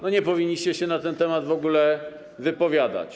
Nie powinniście się na ten temat w ogóle wypowiadać.